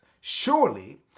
surely